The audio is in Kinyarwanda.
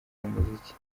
umuziki